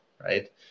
right